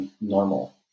normal